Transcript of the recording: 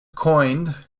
coined